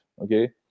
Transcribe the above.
Okay